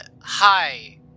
hi